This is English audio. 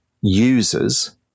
users